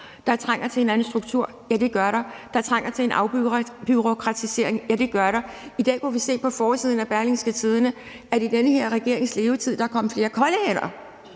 man trænger til at få en anden struktur, jo, det gør man, og hvor man trænger til en afbureaukratisering, jo, det gør man. I dag kunne vi se på forsiden af Berlingske, at der i den her regerings levetid er kommet flere kolde